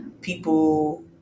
people